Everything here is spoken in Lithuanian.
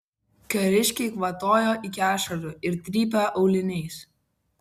kariškiai kvatojo iki ašarų ir trypė auliniais